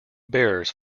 bears